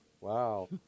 Wow